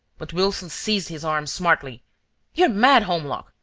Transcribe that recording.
but wilson seized his arm smartly you're mad, holmlock!